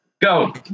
Go